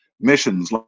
missions